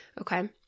Okay